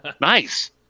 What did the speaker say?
Nice